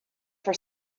for